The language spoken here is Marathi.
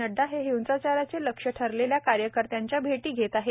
नड्डा हे हिंसाचाराचे लक्ष्य ठरलेल्या कार्यकर्त्यांच्या भेटी घेत आहेत